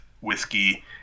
whiskey